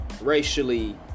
racially